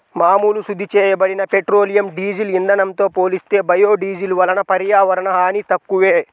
మామూలు శుద్ధి చేయబడిన పెట్రోలియం, డీజిల్ ఇంధనంతో పోలిస్తే బయోడీజిల్ వలన పర్యావరణ హాని తక్కువే